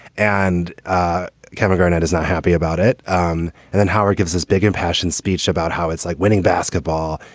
and ah kevin garnett is not happy about it. um and then howard gives his big impassioned speech about how it's like winning basketball.